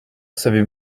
savez